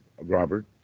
Robert